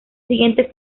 siguiente